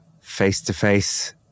face-to-face